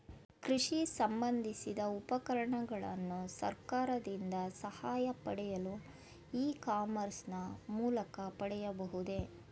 ಕೃಷಿ ಸಂಬಂದಿಸಿದ ಉಪಕರಣಗಳನ್ನು ಸರ್ಕಾರದಿಂದ ಸಹಾಯ ಪಡೆಯಲು ಇ ಕಾಮರ್ಸ್ ನ ಮೂಲಕ ಪಡೆಯಬಹುದೇ?